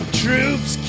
troops